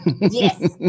yes